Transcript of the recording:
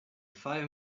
five